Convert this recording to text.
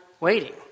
waiting